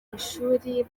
ishuri